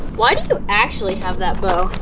why do you actually have that bow?